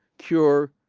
cure,